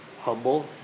humble